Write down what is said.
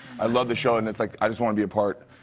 i love the show and it's, like, i just want to be a part.